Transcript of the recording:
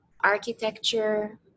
architecture